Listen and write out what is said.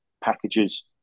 packages